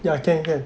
ya can can